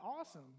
Awesome